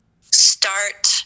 start